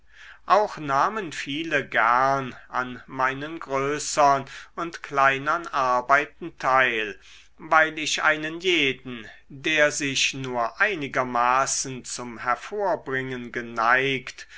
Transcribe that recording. auch nahmen viele gern an meinen größern und kleinern arbeiten teil weil ich einen jeden der sich nur einigermaßen zum hervorbringen geneigt